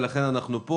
לכן אנחנו פה.